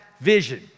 vision